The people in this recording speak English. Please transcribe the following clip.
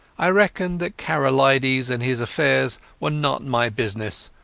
i reckoned that karolides and his affairs were not my business,